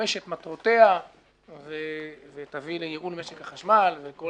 תממש את מטרותיה ותביא לייעול משק החשמל והאם